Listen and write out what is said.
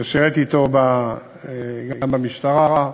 ששירת אתו גם במשטרה,